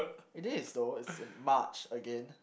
it is though it's in March again